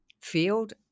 field